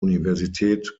universität